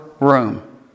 room